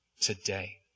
today